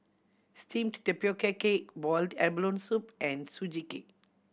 steamed tapioca cake boiled abalone soup and Sugee Cake